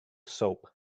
soap